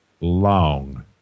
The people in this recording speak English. long